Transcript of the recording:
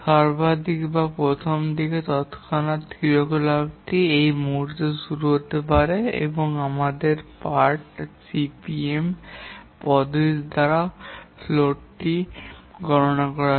সর্বাধিক বা প্রথম দিকে তত্ক্ষণাত্ ক্রিয়াকলাপটি এই মুহুর্তে শুরু হতে পারে এবং আমাদের পার্ট সিপিএম পদ্ধতি দ্বারাও ফ্লোটটি গণনা করা হয়